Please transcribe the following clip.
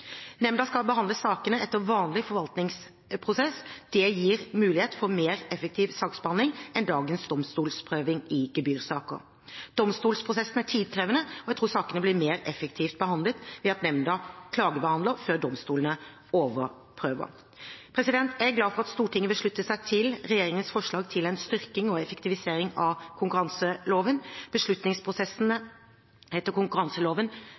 Nemnda skal behandle sakene etter vanlig forvaltningsprosess. Det gir mulighet for en mer effektiv saksbehandling enn dagens domstolsprøving i gebyrsaker. Domstolsprosessen er tidkrevende, og jeg tror sakene blir mer effektivt behandlet ved at nemnda klagebehandler før domstolene overprøver. Jeg er glad for at Stortinget vil slutte seg til regjeringens forslag til en styrking og effektivisering av konkurranseloven. Beslutningsprosessene etter konkurranseloven